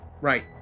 Right